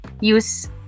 use